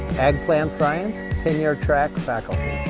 ag plant science, tenure track faculty.